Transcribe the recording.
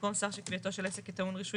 במקום שר שקביעתו של עסק טעון הרישוי